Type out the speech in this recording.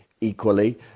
Equally